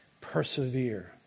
persevere